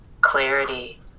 clarity